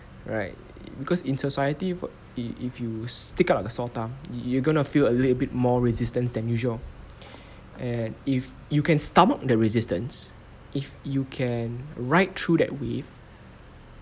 right because in society for if if you stick out like a sore thumb you're gonna feel a little bit more resistance than usual and if you can stomach the resistance if you can ride through that wave